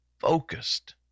focused